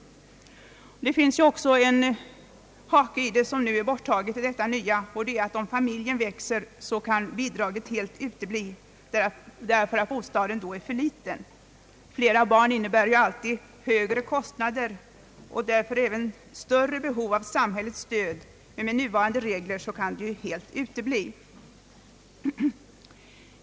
Det finns också en hake i detta, vilken är borttagen i det nya förslaget, och det är att om familjen växer kan bidraget helt utebli därför att bostaden då är för liten. Flera barn innebär ju alltid högre kostnader och därför även större behov av samhällets stöd, men med nuvarande regler kan det helt utebli.